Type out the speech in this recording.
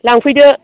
लांफैदो